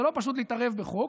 זה לא פשוט להתערב בחוק.